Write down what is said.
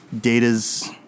Data's